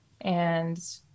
and-